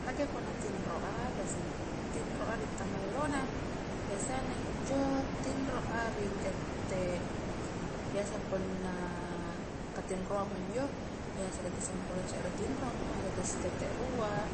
Nakke punna tinroa, gassing tinroa di tangallona, biasana injo tinro a ri tette biasa punna katinroangma injo biasa tette sampulong serre tinroma tette-tette nrua,